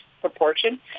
proportion